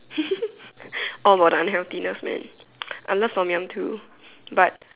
all for the unhealthiness man I love Tom-Yum too but